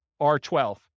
R12